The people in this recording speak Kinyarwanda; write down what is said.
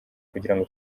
kugirango